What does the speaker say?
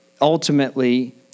Ultimately